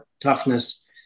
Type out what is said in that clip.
toughness